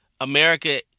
America